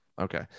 Okay